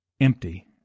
empty